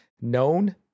known